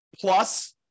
plus